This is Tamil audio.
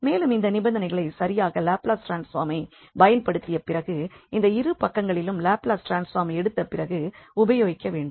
மேலும் இந்த நிபந்தனைகளை சரியாக லாப்லஸ் ட்ரான்ஸ்பார்ம்மை பயன்படுத்திய பிறகு இரு பக்கங்களிலும் லாப்லஸ் ட்ரான்ஸ்பார்ம் எடுத்த பிறகு உபயோகிக்க வேண்டும்